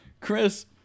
chris